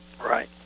Right